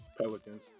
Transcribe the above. Pelicans